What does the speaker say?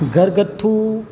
ઘરગથ્થું